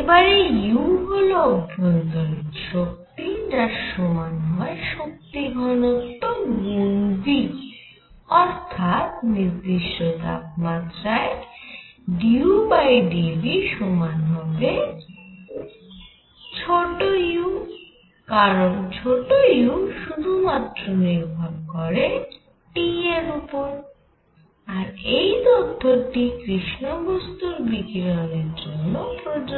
এবার এই U হল অভ্যন্তরীণ শক্তি যার সমান হয় শক্তি ঘনত্ব গুন V অর্থাৎ নির্দিষ্ট তাপমাত্রায় d U by d V সমান হবে u কারণ u শুধু মাত্র নির্ভর করে T এর উপর আর এই তথ্য টি কৃষ্ণ বস্তুর বিকিরণের জন্য প্রযোজ্য